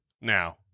now